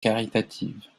caritatives